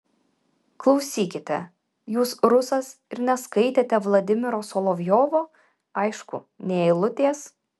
klausykite jūs rusas ir neskaitėte vladimiro solovjovo aišku nė eilutės